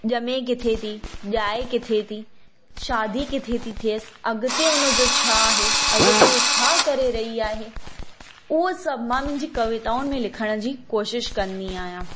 ॼमे किथे थी ॼाए किथे थी शादी किथे थी थियसि अॻिते उनजो छा आहे अॻिते हू छा करे रही आहे हूअ सभु मां मुंहिंजी कविताउंनि में लिखण जी कोशिशि कंदी आहियां